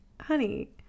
honey